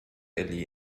elli